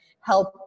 help